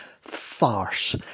farce